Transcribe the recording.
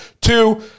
Two